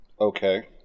Okay